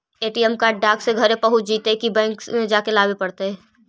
ATM card डाक से घरे पहुँच जईतै कि बैंक में जाके लाबे पड़तै?